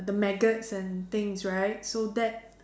the maggots and things right so that